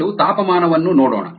ಮೊದಲು ತಾಪಮಾನವನ್ನು ನೋಡೋಣ